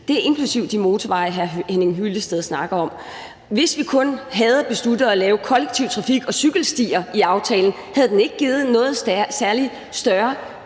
det er inklusive de motorveje, hr. Henning Hyllested snakker om. Hvis vi kun havde besluttet at lave kollektiv trafik og cykelstier i aftalen, havde den ikke givet nogen særlig, større